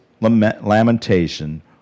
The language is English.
lamentation